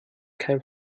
kein